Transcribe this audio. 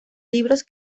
libros